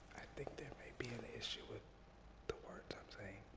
i think there may be an issue with the words i'm saying.